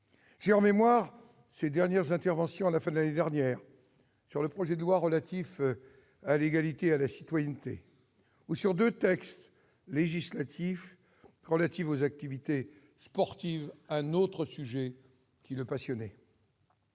J'ai en mémoire ses dernières interventions, à la fin de l'année dernière, sur le projet de loi relatif à l'égalité et à la citoyenneté ou sur deux textes législatifs relatifs aux activités sportives, un autre sujet qui le passionnait.